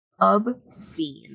Obscene